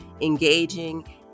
engaging